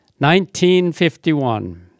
1951